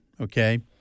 okay